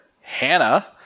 Hannah